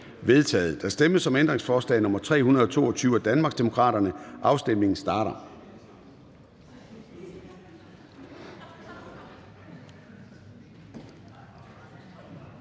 Der stemmes om ændringsforslag nr. 309 af Danmarksdemokraterne. Afstemningen starter.